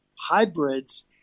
hybrids